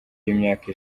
y’imyaka